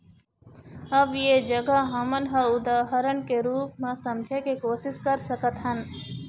अब ऐ जघा हमन ह उदाहरन के रुप म समझे के कोशिस कर सकत हन